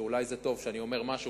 שאולי זה טוב שאני אומר משהו,